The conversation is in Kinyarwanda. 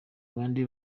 bande